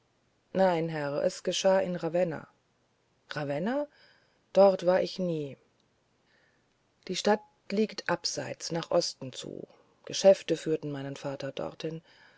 nein herr es geschah in ravenna ravenna dort war ich nie die stadt liegt abseits nach osten zu geschäfte führten meinen vater dorthin